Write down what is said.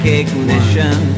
ignition